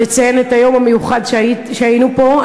לציין את היום המיוחד שהיה פה.